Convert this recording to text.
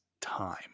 time